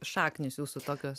šaknys jūsų tokios